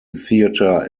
theatre